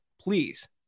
please